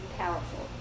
powerful